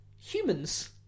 Humans